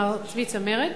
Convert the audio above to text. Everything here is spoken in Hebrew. מר צבי צמרת,